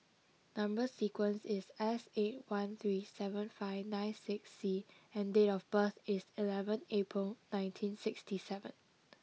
number sequence is S eight one three seven five nine six C and date of birth is eleven April nineteen sixty seven